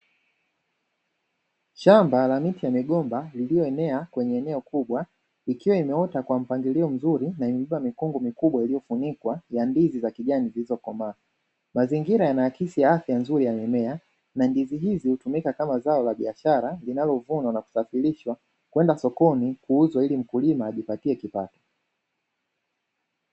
Shamba la ndizi limegombwa, lililoenea kwenye eneo kubwa, ikiwa imeota kwa mpangilio mzuri na imeibua mikongo mikubwa iliyofunikwa ya ndizi za kijani zilizokomaa. Mazingira yanaakisi afya nzuri ya mimea, na ndizi hizo hutumika kama zao la biashara linalovunwa na kusafirishwa kwenda sokoni kuuzwa ili mkulima ajipatie kipato.